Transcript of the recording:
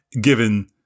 given